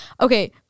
Okay